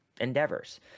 endeavors